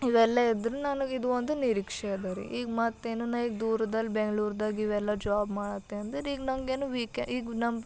ಇವೆಲ್ಲ ಇದ್ರೆ ನನಗೆ ಇದು ಒಂದು ನಿರೀಕ್ಷೆ ಅದ ರೀ ಈಗ ಮತ್ತೇನು ನಾ ಈಗ ದೂರದಲ್ಲಿ ಬ್ಯಾಂಗ್ಳೂರ್ದಗ ಇವೆಲ್ಲ ಜಾಬ್ ಮಾಡುತ್ತೆ ಅಂದ್ರೆ ಈಗ ನಂಗೇನು ವೀಕೆ ಈಗ ನಮ್ಮ